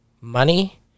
money